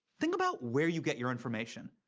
think about where you get your information.